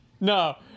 no